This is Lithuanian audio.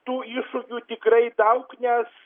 tų iššūkių tikrai daug nes